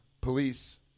Police